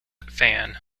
fan